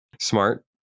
smart